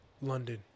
London